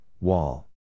wall